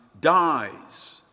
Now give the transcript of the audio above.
dies